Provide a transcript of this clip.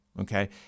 Okay